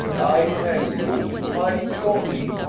ay tal you! py golly,